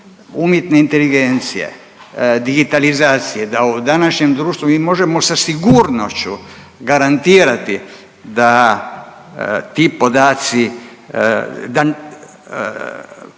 umjetne inteligencije, digitalizacije, da u današnjem društvu mi možemo sa sigurnošću garantirati da ti podaci,